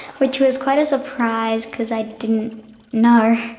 which was quite a surprise, cause i didn't know.